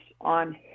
on